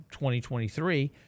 2023